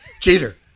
Cheater